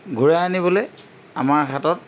ঘূৰাই আনিবলৈ আমাৰ হাতত